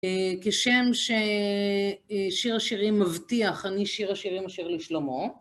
כשם ששיר השירים מבטיח, אני שיר השירים אשר לשלמה.